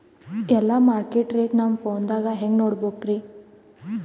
ಎಲ್ಲಾ market rate ನಮ್ ಫೋನದಾಗ ಹೆಂಗ ನೋಡಕೋಬೇಕ್ರಿ?